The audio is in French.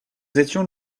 étions